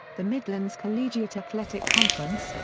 the midlands collegiate athletic conference,